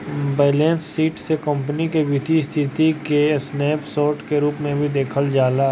balance sheet से company के वित्तीय स्थिति के स्नैप शोर्ट के रूप में भी देखल जाला